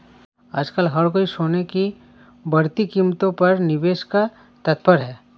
आजकल हर कोई सोने की बढ़ती कीमतों पर निवेश को तत्पर है